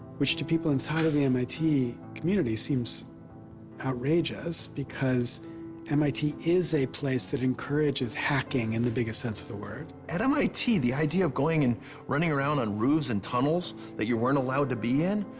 which to people inside of mit community seems outrageous, because mit is a place that encourages hacking in the biggest sense of the word. at mit the idea of going and running around in routes and tunnels that you weren't allowed to be in,